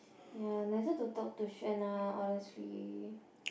ya nicer to talk to Xuan lah honestly